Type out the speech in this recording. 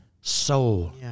soul